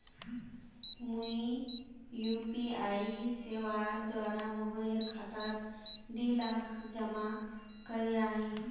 मी यु.पी.आई सेवार द्वारा मोहनेर खातात दी लाख जमा करयाही